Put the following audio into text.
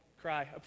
cry